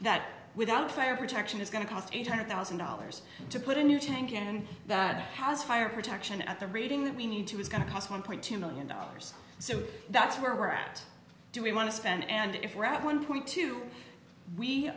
that without fire protection is going to cost eight hundred thousand dollars to put a new tank in that has fire protection at the reading that we need to is going to cost one point two million dollars so that's where we're at do we want to spend and if we're at one point two we